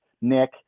Nick